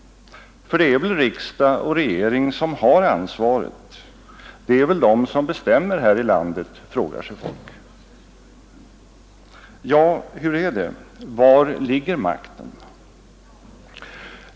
För det är väl riksdag och regering som har ansvaret, det är väl de som bestämmer här i landet? frågar sig folk. Ja, hur är det, var ligger makten?